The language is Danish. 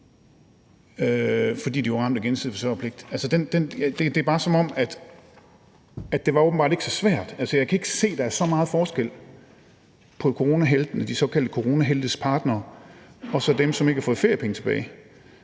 fordi de var ramt af gensidig forsørgerpligt. Altså, det er bare, som om at det åbenbart alligevel ikke var så svært. Altså, jeg kan ikke se, der er så meget forskel på de såkaldte coronaheltes partnere og så dem, som ikke har fået feriepenge tilbage.